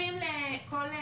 חשופים לכל דורש.